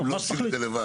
הם לא עושים את זה לבד.